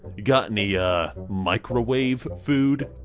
got any ah microwave food?